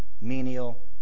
menial